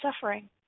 suffering